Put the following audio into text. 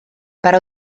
para